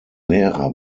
lehrer